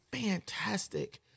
fantastic